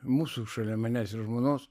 mūsų šalia manęs ir žmonos